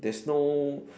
there's no